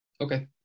Okay